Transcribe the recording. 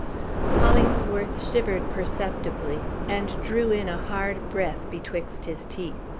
hollingsworth shivered perceptibly, and drew in a hard breath betwixt his teeth.